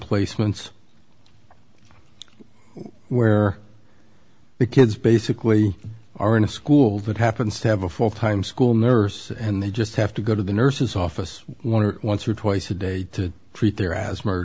placements where the kids basically are in a school that happens to have a full time school nurse and they just have to go to the nurse's office one or once or twice a day to treat their as